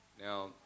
Now